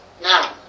Now